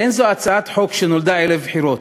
אין זו הצעת חוק שנולדה ערב בחירות.